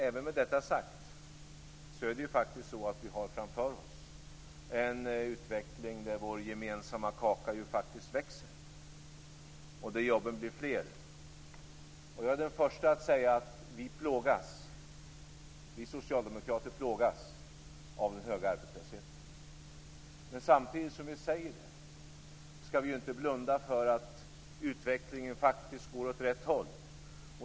Även med detta sagt är det faktiskt så att vi har framför oss en utveckling där vår gemensamma kaka växer och där jobben bli fler. Jag är den förste att säga att vi socialdemokrater plågas av den höga arbetslösheten. Samtidigt som vi säger det skall vi inte blunda för att utvecklingen faktiskt går åt rätt håll.